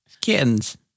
Kittens